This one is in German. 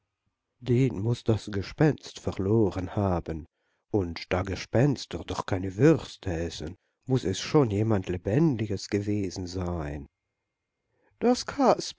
den muß das gespenst verloren haben und da gespenster doch keine würste essen muß es schon jemand lebendiges gewesen sein das